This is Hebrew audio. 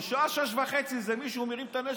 בשעה 18:30 מישהו מרים את הנשק,